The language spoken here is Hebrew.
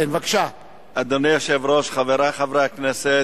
אדוני היושב-ראש, חברי חברי הכנסת,